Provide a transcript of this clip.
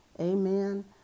Amen